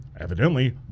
evidently